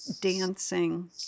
dancing